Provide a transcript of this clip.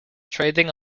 trading